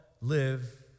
live